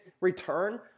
return